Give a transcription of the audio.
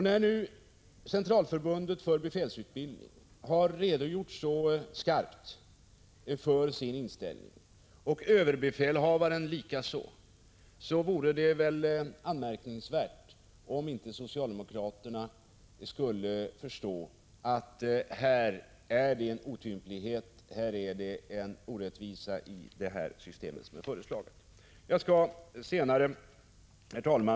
När nu Centralförbundet för befälsutbildning och likaså överbefälhavaren så skarpt har framfört sin uppfattning, vore det anmärkningsvärt om inte socialdemokraterna skulle förstå att det är en otymplighet och en orättvisa i det system som föreslås. Herr talman!